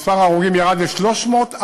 מספר ההרוגים ירד ל-346,